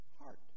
heart